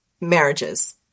marriages